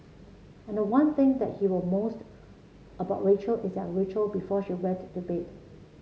and the one thing that he will most about Rachel is their ritual before she went to bed